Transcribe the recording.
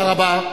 תודה רבה.